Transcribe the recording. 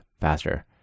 faster